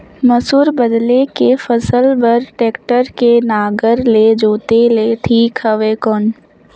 मसूर बदले के फसल बार टेक्टर के नागर ले जोते ले ठीक हवय कौन?